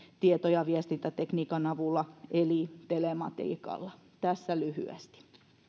tieto ja viestintätekniikan avulla eli telematiikalla tässä lyhyesti